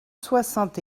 soixante